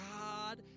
God